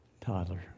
toddler